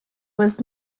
was